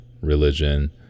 religion